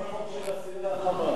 של אסירי ה"חמאס".